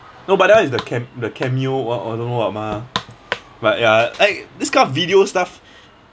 no but that one is the ca~ the cameo one what don't know what mah but ya like this kind of video stuff